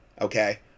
Okay